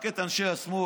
מזמינים רק את אנשי השמאל.